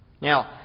Now